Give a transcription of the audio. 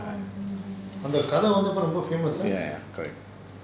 ya ya correct